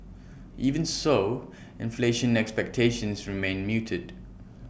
even so inflation expectations remain muted